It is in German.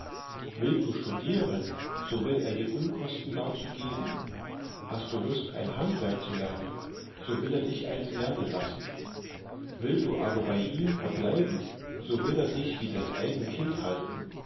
willt du studieren so will er die unkosten darzu geben hast du lust ein handwerk zu lernen so will er dich eins lernen lassen willt du aber bei ihm verbleiben so will er dich wie sein eigen kind halten